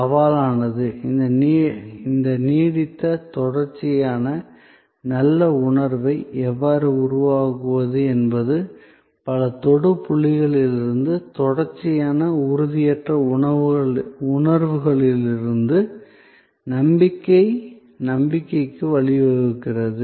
சவாலானது இந்த நீடித்த தொடர்ச்சியான நல்ல உணர்வை எவ்வாறு உருவாக்குவது என்பது பல தொடு புள்ளிகளிலிருந்து தொடர்ச்சியான உறுதியற்ற உணர்வுகளிலிருந்து நம்பிக்கை நம்பிக்கைக்கு வழிவகுக்கிறது